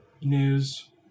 news